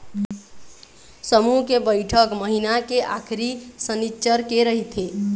समूह के बइठक महिना के आखरी सनिच्चर के रहिथे